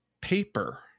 paper